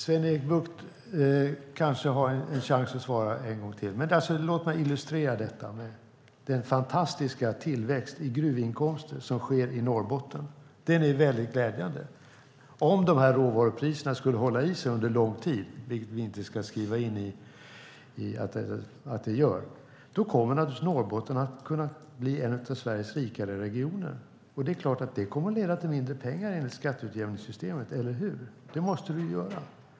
Sven-Erik Bucht kanske har möjlighet att svara på detta. Låt mig illustrera med den fantastiska tillväxt i form av gruvinkomster som sker i Norrbotten. Den är mycket glädjande. Om råvarupriserna skulle hålla i sig under lång tid, vilket vi dock inte ska skriva in att de gör, kommer Norrbotten att kunna bli en av Sveriges rikare regioner. Det är klart att det enligt skatteutjämningssystemet kommer att leda till mindre pengar, eller hur?